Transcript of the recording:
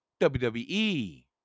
WWE